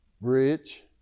Bridge